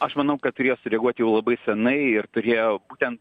aš manau kad turėjo sureaguoti jau labai senai ir turėjo būtent